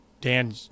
Dan